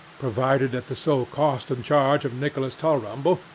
provided at the sole cost and charge of nicholas tulrumble,